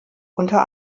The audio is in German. unter